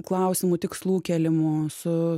klausimų tikslų kėlimu su